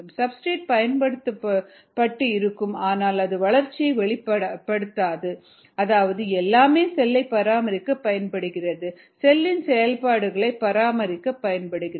substrate பயன்படுத்தப்பட்டு இருக்கும் ஆனால் அது வளர்ச்சியாகக் வெளிப்படாது அதாவது எல்லாமே செல்லை பராமரிக்கப் பயன்படுகிறது செல்லின் செயல்பாடுகளை பராமரிக்கப் பயன்படுகிறது